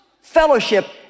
fellowship